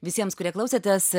visiems kurie klausėtės